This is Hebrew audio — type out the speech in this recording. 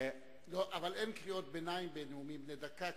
אין קריאות ביניים בנאומים בני דקה,